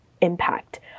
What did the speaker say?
impact